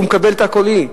הוא מקבל תא קולי.